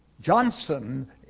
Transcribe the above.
Johnson